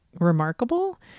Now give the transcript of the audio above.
remarkable